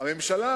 הממשלה